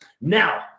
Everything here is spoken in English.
Now